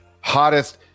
hottest